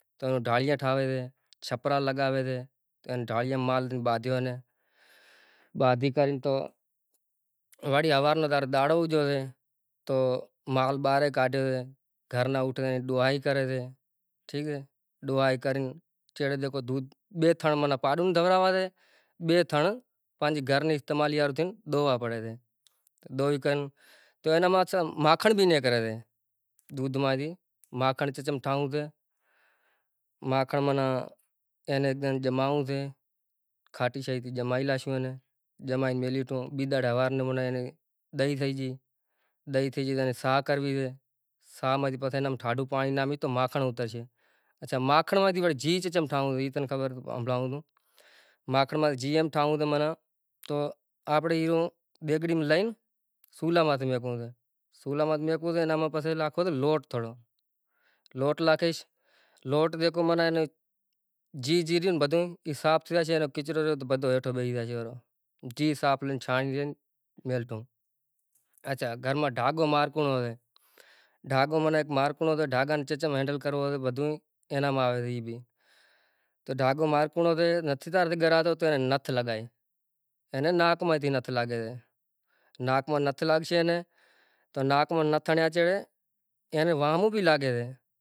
﻿